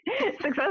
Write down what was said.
success